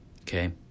Okay